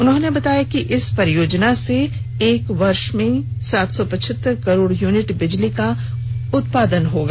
उन्होंने बताया कि इस परियोजना से हर वर्ष में सात सौ पचहत्तर करोड़ यूनिट बिजली का उत्पादन होगा